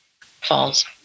falls